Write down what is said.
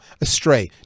astray